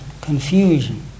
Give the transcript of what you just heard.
confusion